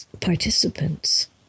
participants